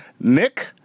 Nick